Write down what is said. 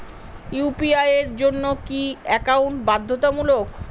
UPI এর জন্য কি একাউন্ট বাধ্যতামূলক?